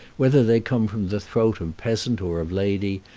whether they come from the throat of peasant or of lady,